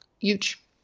huge